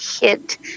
hit